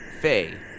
Faye